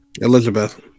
Elizabeth